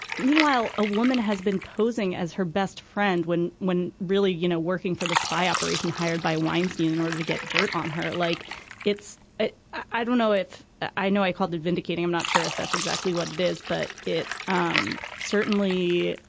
meanwhile a woman has been posing as her best friend when when really you know working for the spy operation hired by weinstein in order to get dirt on her like it's i don't know if i know i called it vindicating i'm not sure if that's exactly what it is but it um certainly